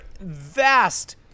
vast